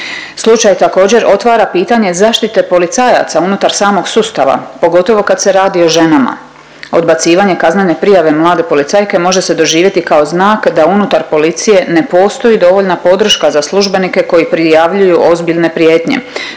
Slučaj također otvara pitanje zaštite policajaca unutar samog sustava pogotovo kad se radi o ženama. Odbacivanje kaznene prijave mlade policajke može se doživjeti kao znak da unutar policije ne postoji dovoljna podrška za službenike koji prijavljuju ozbiljne prijetnje,